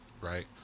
right